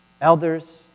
Elders